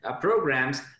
programs